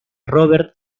robert